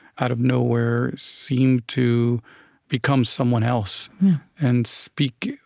out of nowhere, seemed to become someone else and speak,